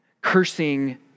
cursing